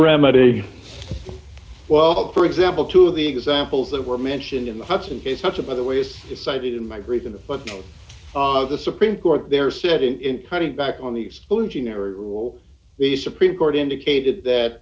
remedy well for example two of the examples that were mentioned in the hudson case much of other ways decided in my grief in the footnotes of the supreme court there said in cutting back on the exclusionary rule the supreme court indicated that